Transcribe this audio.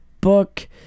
book